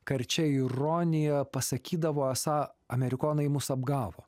karčia ironija pasakydavo esą amerikonai mus apgavo